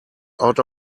out